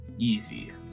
easy